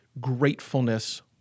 gratefulness